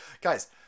guys